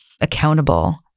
accountable